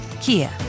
Kia